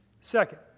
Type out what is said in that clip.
Second